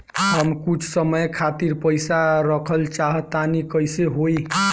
हम कुछ समय खातिर पईसा रखल चाह तानि कइसे होई?